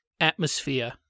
atmosphere